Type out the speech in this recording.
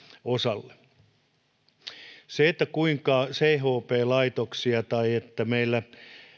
osalle siinä kuinka chp laitoksissa tai energiatuotannossa meillä